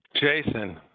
Jason